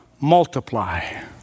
multiply